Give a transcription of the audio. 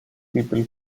people